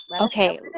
okay